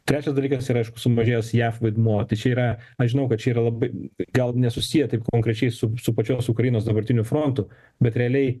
trečias dalykas yra sumažėjęs jav vaidmuo tai čia yra aš žinau kad čia yra labai gal nesusieja taip konkrečiai su su pačios ukrainos dabartiniu frontu bet realiai